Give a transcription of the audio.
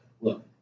Look